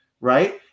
Right